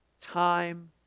time